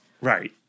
Right